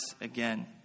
again